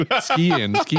Skiing